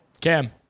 Cam